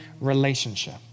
relationship